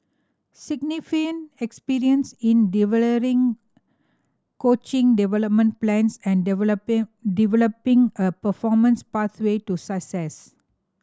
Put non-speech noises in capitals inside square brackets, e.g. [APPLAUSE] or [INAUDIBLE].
significant experience in delivering coaching development plans and [UNINTELLIGIBLE] developing a performance pathway to success